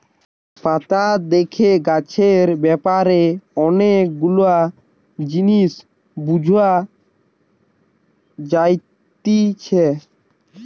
পাতা দেখে গাছের ব্যাপারে অনেক গুলা জিনিস বুঝা যাতিছে